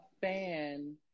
fan